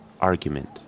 argument